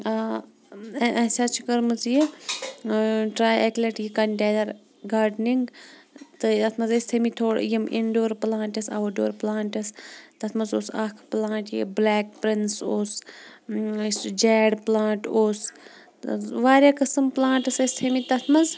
اَسہِ حظ چھِ کٔرمٕژ یہِ ٹراے اَکہِ لَٹہِ یہِ کَنٹینَر گاڈنِنٛگ گاڈنِنٛگ تہٕ مَنٛز ٲسۍ تھٲومٕتۍ indoor plants outdoor plants تَتھ مَنٛز اوس اکھ پلانٛٹ یہِ بلیک پرنس اوس سُہ جیڈ پلانٹ اوس واریاہ قٕسم پلانٛٹٕس ٲسۍ تھٲیمٕتۍ تَتھ مَنٛز